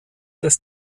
des